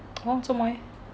oh 做么 lie leh